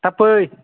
थाब फै